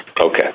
Okay